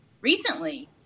recently